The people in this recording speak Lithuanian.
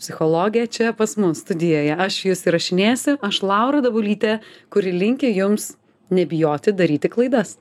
psichologė čia pas mus studijoje aš jus įrašinėsiu aš laura dabulytė kuri linki jums nebijoti daryti klaidas